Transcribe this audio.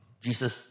Jesus